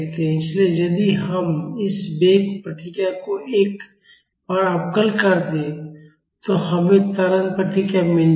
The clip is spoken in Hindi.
इसलिए यदि हम इस वेग प्रतिक्रिया को एक बार अवकल कर दें तो हमें त्वरण प्रतिक्रिया मिल जाएगी